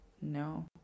No